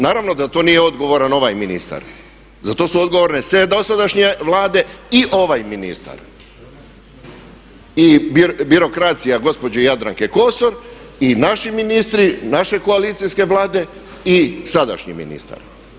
Naravno da to nije odgovoran ovaj ministar, za to su odgovorne sve dosadašnje vlade i ovaj ministar i birokracija gospođe Jadranke Kosor i naši ministri naše koalicijske Vlade i sadašnji ministar.